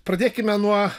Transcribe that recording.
pradėkime nuo